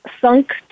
sunk